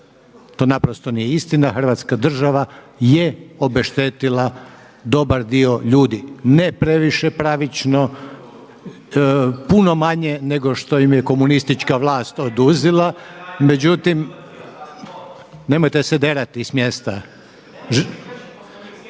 To naprosto nije istina. Hrvatska država je obeštetila dobar dio ljudi, ne previše pravično. Puno manje nego što im je komunistička vlast oduzela … …/Upadica sa strane, ne